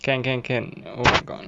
can can can oh my god